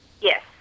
Yes